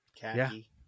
Khaki